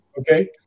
okay